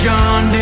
John